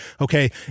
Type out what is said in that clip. Okay